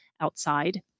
outside